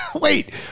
Wait